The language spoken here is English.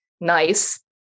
Nice